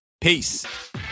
Peace